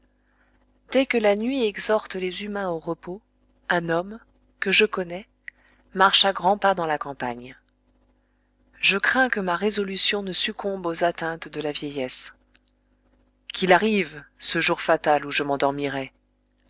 dès que la nuit exhorte les humains au repos un homme que je connais marche à grands pas dans la campagne je crains que ma résolution ne succombe aux atteintes de la vieillesse qu'il arrive ce jour fatal où je